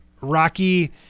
Rocky